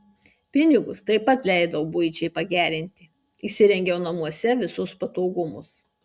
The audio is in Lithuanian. pinigus taip pat leidau buičiai pagerinti įsirengiau namuose visus patogumus